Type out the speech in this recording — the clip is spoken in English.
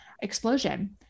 explosion